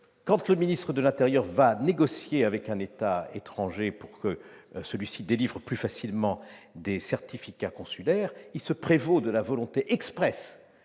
Quand le ministre de l'intérieur va négocier avec un État étranger pour que celui-ci délivre plus facilement des certificats consulaires, il se prévaut de la volonté expresse